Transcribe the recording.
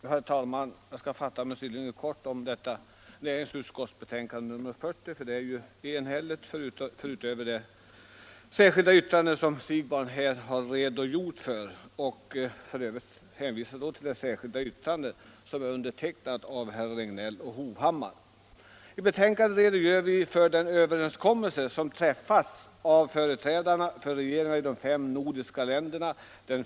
Herr talman! Jag skall fatta mig:synnerligen kort om näringsutskottets betänkande nr 40. Det är ju enhälligt, utöver det särskilda yttrande som herr Siegbahn här har redogjort för och som är undertecknat av herrar Regnél!